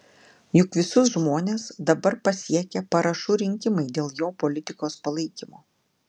juk visus žmones dabar pasiekia parašų rinkimai dėl jo politikos palaikymo